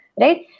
right